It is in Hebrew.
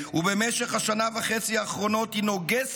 ובמשך השנה וחצי האחרונות היא נוגסת,